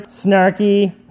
snarky